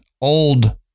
old